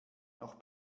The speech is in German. noch